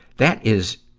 that is